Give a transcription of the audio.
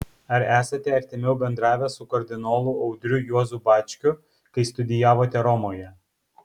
ar esate artimiau bendravęs su kardinolu audriu juozu bačkiu kai studijavote romoje